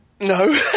No